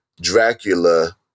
dracula